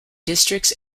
districts